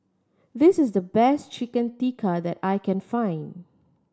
this is the best Chicken Tikka that I can find